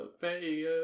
baby